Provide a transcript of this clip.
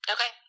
Okay